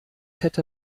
hätte